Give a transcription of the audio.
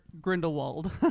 Grindelwald